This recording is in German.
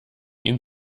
ihn